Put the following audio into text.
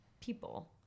people